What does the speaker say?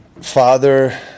father